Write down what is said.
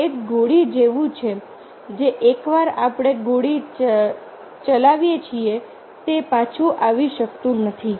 તે એક ગોળી જેવું છે જે એકવાર આપણે ગોળી ચલાવીએ છીએ તે પાછું આવી શકતું નથી